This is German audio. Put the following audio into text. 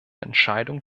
entscheidung